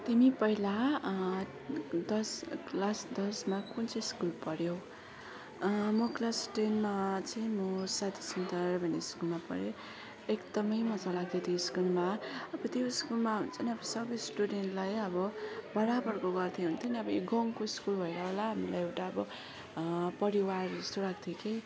तिमी पहिला दस क्लास दसमा कुन चाहिँ स्कुल पढ्यौ म क्लास टेनमा चाहिँ म सातिसदर भन्ने स्कुलमा पढेँ एकदमै मज्जा लाग्यो त्यो स्कुलमा अब त्यो स्कुलमा हुन्छ नि अब सब स्टुडेन्टलाई अब बराबरको गर्थ्यो हुन्थ्यो नि अब गाउँको स्कुल भएर होला हामीलाई एउटा अब परिवार जस्तो लाग्थ्यो कि